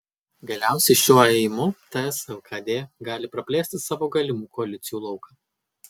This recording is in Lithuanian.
galiausiai šiuo ėjimu ts lkd gali praplėsti savo galimų koalicijų lauką